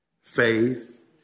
faith